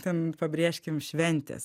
ten pabrėžkim šventės